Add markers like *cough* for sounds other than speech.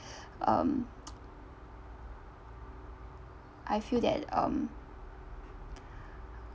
um *noise* I feel that um